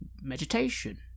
Meditation